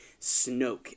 Snoke